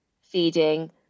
feeding